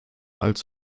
als